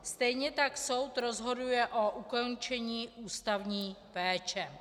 Stejně tak soud rozhoduje o ukončení ústavní péče.